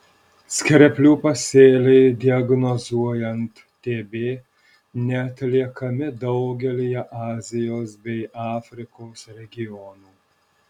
skreplių pasėliai diagnozuojant tb neatliekami daugelyje azijos bei afrikos regionų